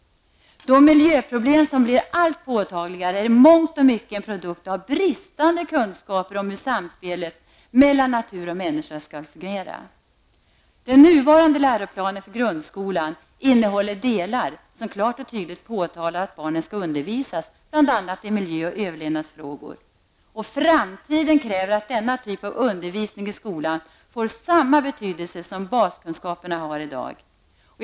De miljöproblem som blir allt påtagligare är i mångt och mycket en produkt av bristande kunskaper om hur samspelet mellan natur och människa skall fungera. Den nuvarande läroplanen för grundskolan innehåller delar som klart och tydligt uttalar att barnen skall undervisas bl.a. i miljö och överlevnadsfrågor. Framtiden kräver att denna typ av undervisning i skolan får samma betydelse som baskunskaperna har i dag.